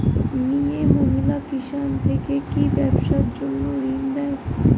মিয়ে মহিলা কিষান থেকে কি ব্যবসার জন্য ঋন দেয়?